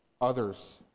others